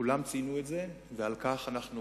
כולם ציינו את זה, ועל כך אנחנו